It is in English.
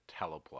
teleplay